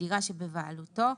בדירה שבבעלותו,